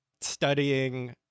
studying